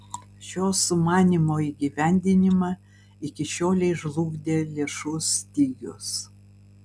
šio sumanymo įgyvendinimą iki šiolei žlugdė lėšų stygius